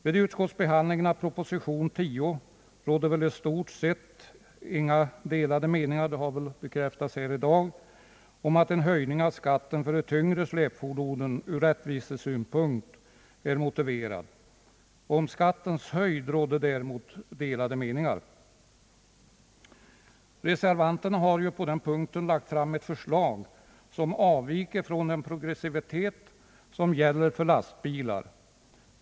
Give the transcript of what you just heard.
Vid utskottsbehandlingen av proposition nr 10 har väl i stort sett inte rått några delade meningar, vilket har bekräftats här i dag, om att en höjning av skatten för de tyngre släpfordonen ur rättvisesynpunkt är motiverad. Om höjningens storlek råder däremot delade meningar. Reservanterna har på den punkten lagt fram ett förslag som avviker från den skatteprogressivitet som gäller för lastbilar.